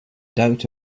doubt